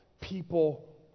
people